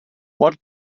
what